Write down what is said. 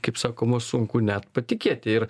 kaip sakoma sunku net patikėti ir